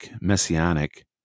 messianic